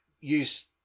use